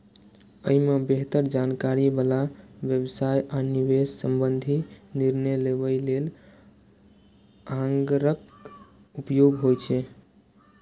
अय मे बेहतर जानकारी बला व्यवसाय आ निवेश संबंधी निर्णय लेबय लेल आंकड़ाक उपयोग होइ छै